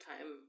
time